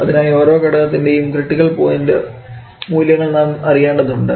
അതിനായി ഓരോ ഘടക ത്തിൻറെ യും ക്രിറ്റിക്കൽ പോയിൻറ് മൂല്യങ്ങൾ നാം അറിയേണ്ടതുണ്ട്